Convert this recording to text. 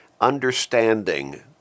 understanding